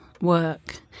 work